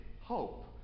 hope